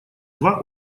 два